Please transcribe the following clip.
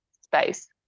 space